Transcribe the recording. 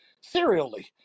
serially